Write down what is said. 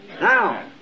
Now